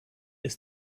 ist